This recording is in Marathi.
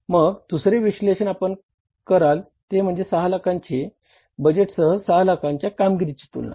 मग दुसरे विश्लेषण आपण कराल ते म्हणजे 6 लाखांच्या बजेटसह 6 लाखांच्या कामगिरीची तुलना